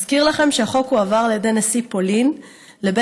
אזכיר לכם שהחוק הועבר על ידי נשיא פולין לבית